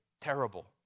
terrible